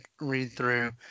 read-through